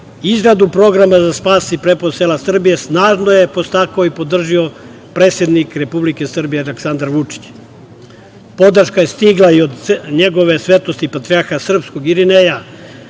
izradu programa za spas i preporod sela Srbije, snažno je podstakao i podržao predsednik Republike Srbije Aleksandar Vučić. Podrška je stigla i od njegove svetosti Patrijarha srpskog Irineja,